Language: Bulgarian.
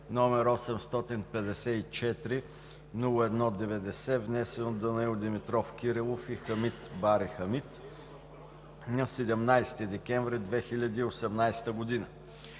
№ 854–01-90, внесен от Данаил Димитров Кирилов и Хамид Бари Хамид на 17 декември 2018 г.